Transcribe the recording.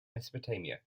mesopotamia